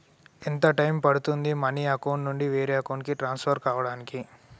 ఎంత టైం పడుతుంది money account నుంచి వేరే అకౌంట్ కి ట్రాన్స్ఫర్ కావటానికి?